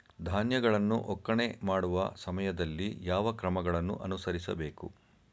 ಧಾನ್ಯಗಳನ್ನು ಒಕ್ಕಣೆ ಮಾಡುವ ಸಮಯದಲ್ಲಿ ಯಾವ ಕ್ರಮಗಳನ್ನು ಅನುಸರಿಸಬೇಕು?